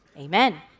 Amen